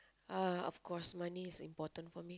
uh of course money is important for me